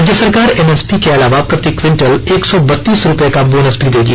राज्य सरकार एमएसपी के अलावा प्रति क्विंटल एक सौ बत्तीस रूपये का बोनस भी देगी